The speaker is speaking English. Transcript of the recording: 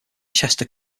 chester